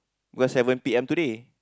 worse seven P_M today